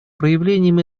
проявлением